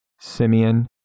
Simeon